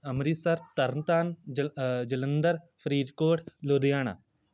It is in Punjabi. ਅੰਮ੍ਰਿਤਸਰ ਤਰਨ ਤਾਰਨ ਜ ਜਲੰਧਰ ਫਰੀਦਕੋਟ ਲੁਧਿਆਣਾ